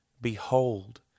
Behold